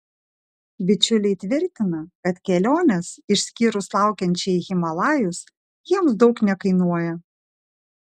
bičiuliai tvirtina kad kelionės išskyrus laukiančią į himalajus jiems daug nekainuoja